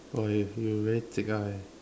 okay if you you have very thick eye